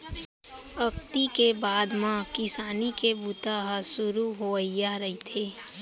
अक्ती के बाद म किसानी के बूता ह सुरू होवइया रहिथे